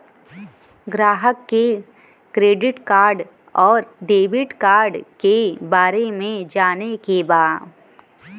ग्राहक के credit card और डेविड कार्ड के बारे में जाने के बा?